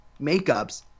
makeups